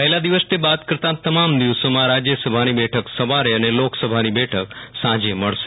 પહેલા દિવસને બાદ કરતા તમા દિવસોમાં રાજયસભાની બેઠક સવારે અને લોકસભાની બેઠક સાંજે મળશે